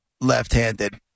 left-handed